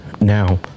now